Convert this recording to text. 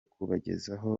kubagezaho